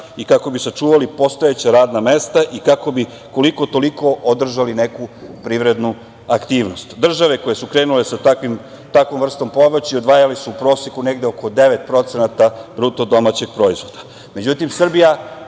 kako bi sačuvali postojeća radna mesta i kako bi koliko, toliko održali neku privrednu aktivnost. Države koje su krenule sa takvom vrstom pomoći odvajale su u proseku negde oko 9% BDP. Međutim, Srbija,